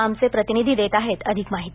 आमचे प्रतिनिधी देत आहेत अधिक माहिती